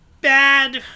Bad